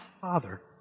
father